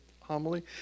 homily